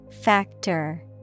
Factor